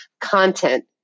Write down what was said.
Content